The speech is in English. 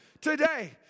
today